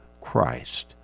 Christ